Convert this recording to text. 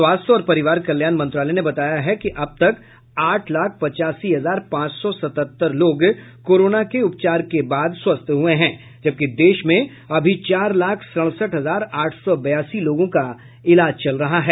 स्वास्थ्य और परिवार कल्याण मंत्रालय ने बताया है कि अब तक आठ लाख पचासी हजार पांच सौ सतहत्तर लोग कोरोना के उपचार के बाद स्वस्थ हुए हैं जबकि देश में अभी चार लाख सड़सठ हजार आठ सौ बयासी लोगों का इलाज चल रहा है